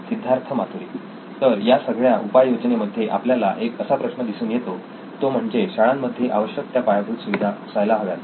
सिद्धार्थ मातुरी तर या सगळ्या उपाय योजनेमध्ये आपल्याला एक असा प्रश्न दिसून येतो तो म्हणजे शाळांमध्ये आवश्यक त्या पायाभूत सुविधा असायला हव्यात